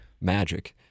magic